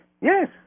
yes